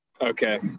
okay